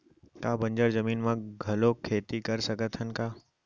का बंजर जमीन म घलो खेती कर सकथन का?